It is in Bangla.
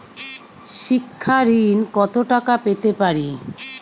শিক্ষা ঋণ কত টাকা পেতে পারি?